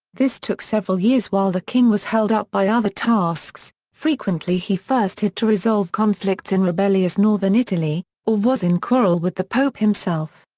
this took several years while the king was held up by other tasks frequently he first had to resolve conflicts in rebellious northern italy, or was in quarrel with the pope himself.